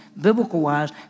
biblical-wise